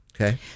Okay